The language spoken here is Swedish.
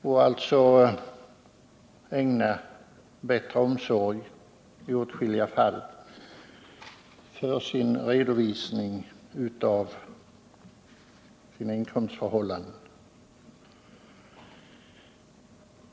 Man skulle alltså i åskilliga fall ägna redovisningen av sina inkomstförhållanden större omsorg.